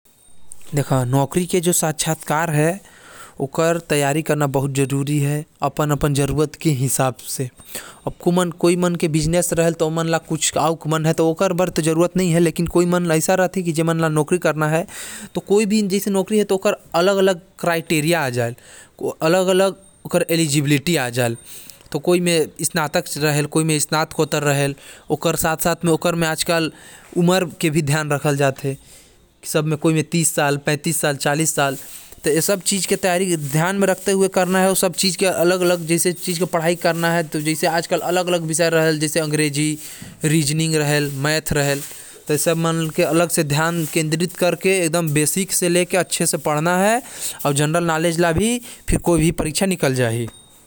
अलग-अलग नौकरी बर अलग-अलग साक्षत्कर्ता होथे। कोई म स्नातक माँगथे, कोनो म नही माँगथे। कुछ म अलग विषय माँगथे, कुछ म अलग माँगथे। सही जानकारी होये से कोई भी नौकरी के तैयारी हो सकता हवे।